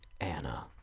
Anna